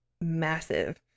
massive